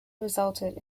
resulted